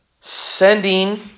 sending